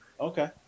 Okay